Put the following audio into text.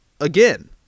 again